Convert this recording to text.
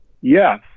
Yes